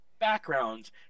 Backgrounds